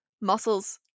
Muscles